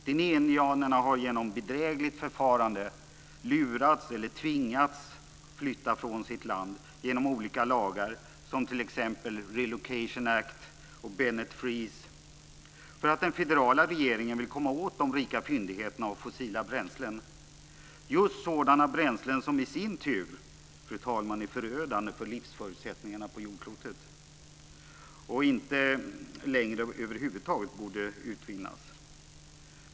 Dinehindianerna har genom bedrägligt förfarande lurats eller tvingats att flytta från sitt land genom olika lagar, såsom t.ex. Relocation Act och Bennet Freeze för att den federala regeringen vill komma åt de rika fyndigheterna av fossila bränslen, just sådana bränslen som i sin tur är förödande för livsförutsättningarna på jordklotet. Sådana bränslen borde över huvud taget inte längre utvinnas.